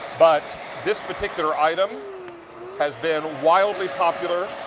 but this particular item has been wildly popular.